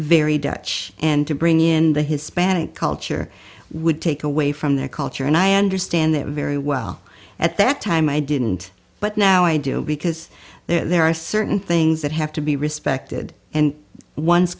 very dutch and to bring in the hispanic culture would take away from their culture and i understand that very well at that time i didn't but now i do because there are certain things that have to be respected and one's